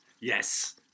Yes